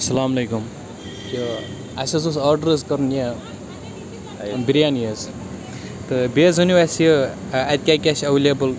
اَسَلامُ علیکُم یہِ اَسہِ حظ اوس آڈَر حظ کَرُن یہِ بِریانی حظ تہٕ بیٚیہِ حظ ؤنیو اَسہِ یہِ اَتہِ کیٛاہ کیٛاہ چھِ اٮ۪ولیبٕل